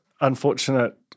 unfortunate